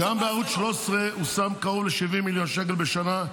גם בערוץ 13 הוא שם קרוב ל-70 מיליון שקל בשנה,